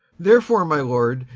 therefore, my lords,